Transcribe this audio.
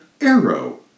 Arrow